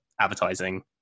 advertising